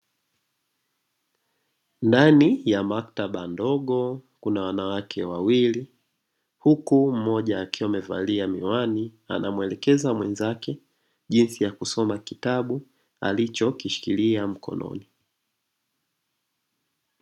Ndani ya maktaba ndogo kuna wanawake wawili huku mmoja akiwa amevalia miwani anamuelekeza mwenzake jinsi ya kusoma kitabu alichokishikilia mkononi.